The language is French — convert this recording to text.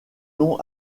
nom